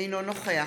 אינו נוכח